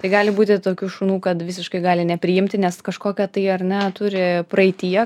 tai gali būti tokių šunų kad visiškai gali nepriimti nes kažkokia tai ar ne turi praeityje